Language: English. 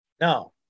No